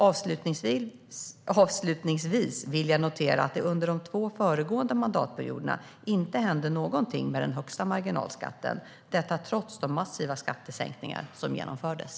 Avslutningsvis vill jag notera att det under de två föregående mandatperioderna inte hände någonting med den högsta marginalskatten, detta trots de massiva skattesänkningar som genomfördes.